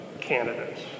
candidates